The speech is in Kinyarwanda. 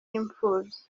imfubyi